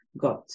got